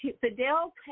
Fidel